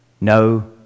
No